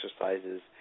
exercises